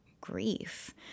grief